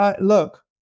look